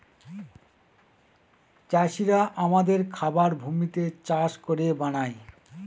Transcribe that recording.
চাষিরা আমাদের খাবার ভূমিতে চাষ করে বানায়